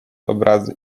obrazy